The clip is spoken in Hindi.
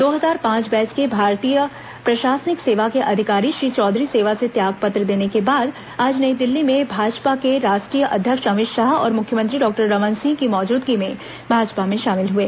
दो हजार पांच बैच के भारतीय प्रशासनिक सेवा के अधिकारी श्री चौधरी सेवा से त्यागपत्र देने के बाद आज नई दिल्ली में भाजपा के राष्ट्रीय अध्यक्ष अमित शाह और मुख्यमंत्री डॉक्टर रमन सिंह की मौजूदगी में भाजपा में शामिल हए